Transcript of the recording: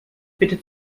bitte